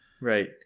Right